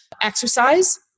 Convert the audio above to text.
exercise